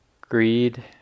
greed